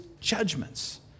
judgments